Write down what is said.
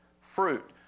fruit